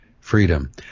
freedom